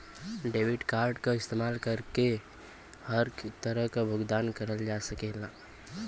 debit card क इस्तेमाल कइके हर तरह क भुगतान करल जा सकल जाला